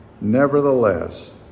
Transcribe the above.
Nevertheless